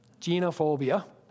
Genophobia